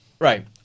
Right